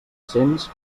cents